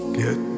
get